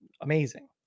amazing